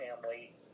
family